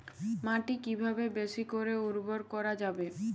মাটি কিভাবে বেশী করে উর্বর করা যাবে?